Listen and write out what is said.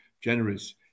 generous